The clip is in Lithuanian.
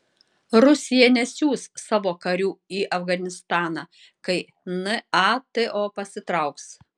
rusija nesiųs savo karių į afganistaną kai nato pasitrauks